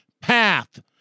path